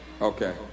Okay